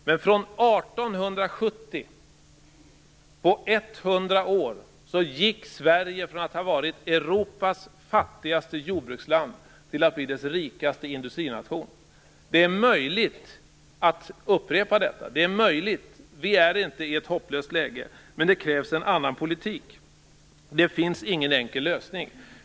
Men från 1870 gick Sverige på 100 år från att ha varit Europas fattigaste jordbruksland till att bli dess rikaste industrination. Det är möjligt att upprepa detta. Vi är inte i ett hopplöst läge, men det krävs en annan politik. Det finns ingen enkel lösning.